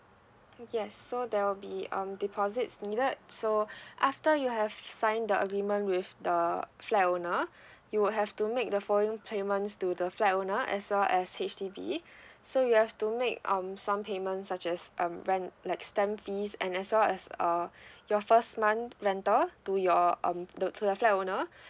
yes so there will be um deposits needed so after you have signed the agreement with the flat owner you will have to make the following payments to the flat owner as well as H_D_B so you have to make um some payment such as um rent like stamp fees and as well as uh your first month rental to your um to your flat owner